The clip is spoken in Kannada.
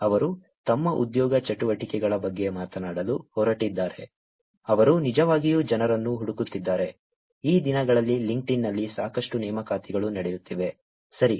ಅವರು ತಮ್ಮ ಉದ್ಯೋಗ ಚಟುವಟಿಕೆಗಳ ಬಗ್ಗೆ ಮಾತನಾಡಲು ಹೊರಟಿದ್ದಾರೆ ಅವರು ನಿಜವಾಗಿಯೂ ಜನರನ್ನು ಹುಡುಕುತ್ತಿದ್ದಾರೆ ಈ ದಿನಗಳಲ್ಲಿ ಲಿಂಕ್ಡ್ಇನ್ನಲ್ಲಿ ಸಾಕಷ್ಟು ನೇಮಕಾತಿಗಳು ನಡೆಯುತ್ತಿವೆ ಸರಿ